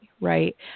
right